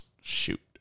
shoot